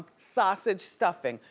sausage stuffing,